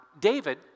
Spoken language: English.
David